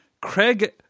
Craig